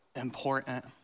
important